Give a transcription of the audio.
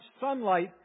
sunlight